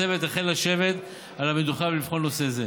הצוות החל לשבת על המדוכה ולבחון נושא זה.